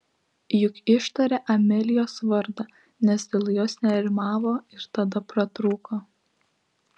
juk ištarė amelijos vardą nes dėl jos nerimavo ir tada pratrūko